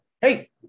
Hey